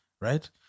right